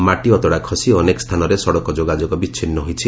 ମାଟି ଅତଡ଼ା ଖସି ଅନେକ ସ୍ଥାନରେ ସଡ଼କ ଯୋଗାଯୋଗ ବିଚ୍ଛିନ୍ନ ହୋଇଛି